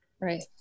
Right